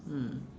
mm